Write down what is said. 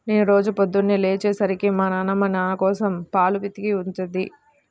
నేను రోజూ పొద్దన్నే లేచే సరికి మా నాన్నమ్మ నాకోసం పాలు పితికి ఉంచుద్ది